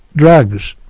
drugs,